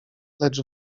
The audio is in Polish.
lecz